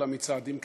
אלא מצעדים קטנים,